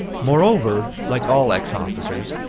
moreover, like all ex-officers,